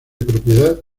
propiedad